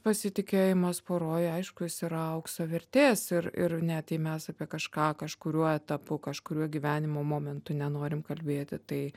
pasitikėjimas poroj aišku jis yra aukso vertės ir ir net jei mes apie kažką kažkuriuo etapu kažkuriuo gyvenimo momentu nenorim kalbėti tai